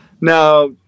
Now